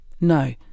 No